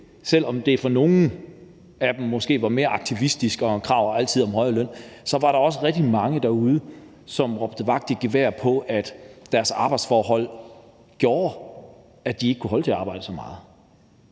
det måske for nogle af dem ud fra noget mere aktivistisk og et krav om en altid højere løn, men der var også rigtig mange derude, som råbte vagt i gevær om, at deres arbejdsforhold gjorde, at de ikke kunne holde til at arbejde så meget,